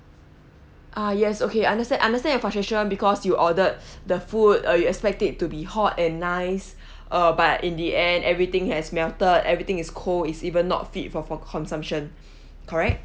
ah yes okay understand understand your frustration because you ordered the food uh you expect it to be hot and nice uh but in the end everything has melted everything is cold is not even fit for consumption correct